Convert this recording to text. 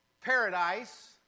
Paradise